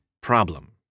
problem